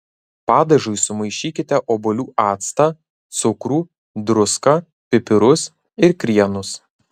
padažui sumaišykite obuolių actą cukrų druską pipirus ir krienus